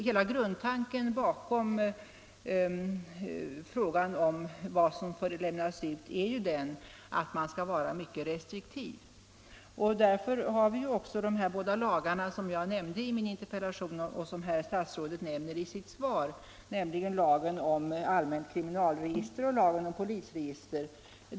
Hela grundtanken bakom bestämmelserna om vad som får lämnas ut är ju att man skall vara mycket restriktiv. Därför har vi också de båda lagar som jag nämnt i min interpellation och som herr statsrådet nämnt i sitt svar, nämligen lagen om allmänt kriminalregister och lagen om polisregister.